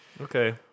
Okay